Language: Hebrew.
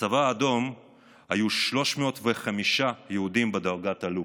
בצבא האדום היו 305 יהודים בדרגת אלוף,